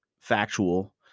factual